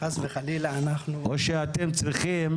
חס וחלילה, אנחנו או שאתם צריכים